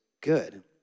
good